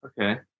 Okay